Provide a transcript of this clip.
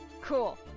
cool